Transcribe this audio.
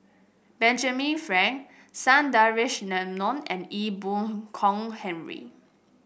Benjamin Frank Sundaresh Menon and Ee Boon Kong Henry